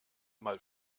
mal